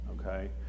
okay